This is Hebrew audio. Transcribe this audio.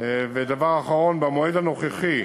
ודבר אחרון, במועד הנוכחי,